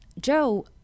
Joe